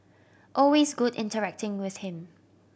always good interacting with him